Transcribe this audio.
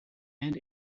and